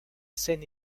scène